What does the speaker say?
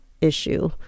issue